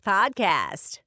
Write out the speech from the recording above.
Podcast